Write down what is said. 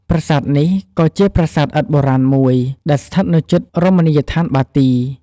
ប្រាសាទនេះ ក៏ជាប្រាសាទឥដ្ឋបុរាណមួយ ដែលស្ថិតនៅជិតរមណីយដ្ឋានបាទី។